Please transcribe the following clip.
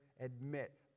admit